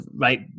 right